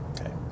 okay